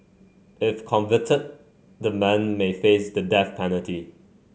if convicted the men may face the death penalty